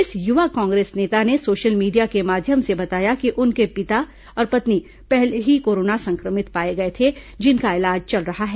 इस युवा कांग्रेस नेता ने सोशल मीडिया के माध्यम से बताया कि उनके पिता और पत्नी पहले ही कोरोना संक्रमित पाए गए थे जिनका इलाज चल रहा है